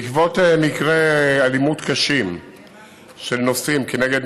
בעקבות מקרי אלימות קשים של נוסעים כנגד